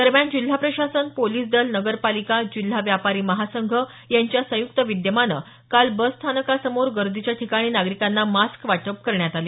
दरम्यान जिल्हा प्रशासन पोलीस दल नगरपालिका जिल्हा व्यापारी महासंघ यांच्या संयुक्त विद्यमानं काल बस स्थानकासमोर गर्दीच्या ठिकाणी नागरीकांना मास्क वाटप करण्यात आले